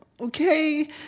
okay